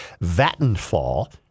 Vattenfall